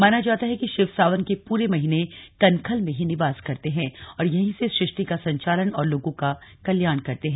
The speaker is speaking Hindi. माना जाता है कि शिव सावन के पूरे महीने कनखल में ही निवास करते है और यही से सुष्टि का संचालन और लोगों का कल्याण करते हैं